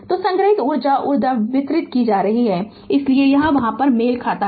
तो संग्रहीत ऊर्जा ऊर्जा वितरित की जाती है इसलिए यह वहां मेल खाता है